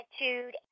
attitude